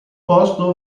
posto